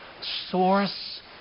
source